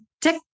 tick